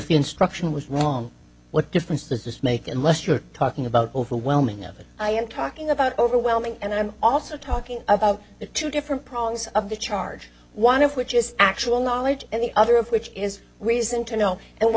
if instruction was wrong what difference does this make unless you're talking about overwhelming numbers i am talking about overwhelming and i'm also talking about two different problems of the charge one of which is actual knowledge and the other of which is reason to know and what